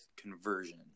conversion